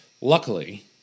Luckily